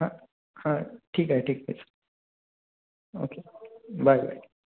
हां हां ठीक आहे ठीक आहे सं ओके बाय बाय